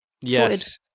Yes